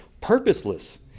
purposeless